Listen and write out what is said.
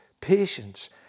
patience